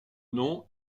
nom